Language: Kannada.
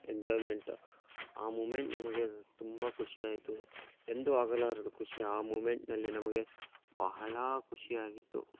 ಎಂಜಾಯ್ಮೆಂಟು ಆ ಮೂಮೆಂಟ್ ನಮಗೆ ತುಂಬ ಖುಷಿಯಾಯಿತು ಎಂದೂ ಆಗಲಾರದ ಖುಷಿ ಆ ಮೂಮೆಂಟ್ನಲ್ಲಿ ನಮಗೆ ಬಹಳ ಖುಷಿಯಾಗಿತ್ತು